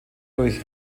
durch